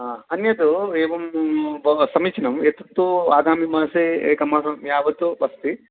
अन्यद् एवं भव समीचीनम् एतत्तु आगामिमासे एकमासं यावत् अस्ति